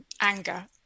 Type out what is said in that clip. anger